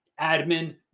admin